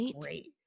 great